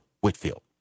Whitfield